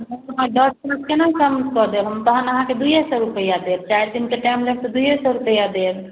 दस बीस कोना कम कऽ देब हम तखन अहाँके दुइए सौ रुपैआ देब चारि दिनके टाइम लगतै तऽ दुइए सौ रुपैआ देब